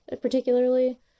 particularly